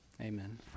Amen